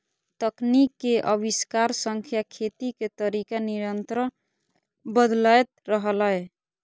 तकनीक के आविष्कार सं खेती के तरीका निरंतर बदलैत रहलैए